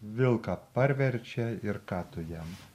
vilką parverčia ir ką tu jam